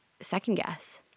second-guess